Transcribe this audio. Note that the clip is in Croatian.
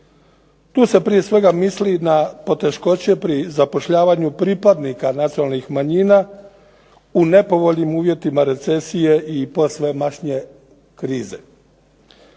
Tu se prije svega misli na poteškoće pri zapošljavanju pripadnika nacionalnih manjina u nepovoljnim uvjetima recesije i posvemašnje krize.